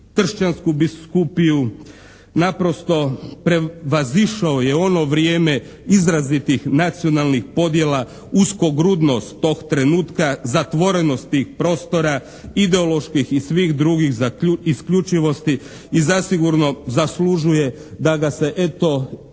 tršćansku biskupiju naprosto prevazišao je ono vrijeme izrazitih nacionalnih podjela, uskogrudnost tog trenutka, zatvorenost tih prostora, ideoloških i svih drugih isključivosti i zasigurno zaslužuje da ga se eto i na